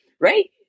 right